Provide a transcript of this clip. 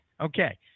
Okay